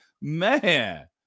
Man